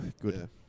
Good